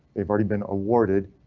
they've already been awarded.